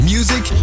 Music